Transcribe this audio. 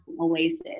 oasis